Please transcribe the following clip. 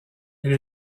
elle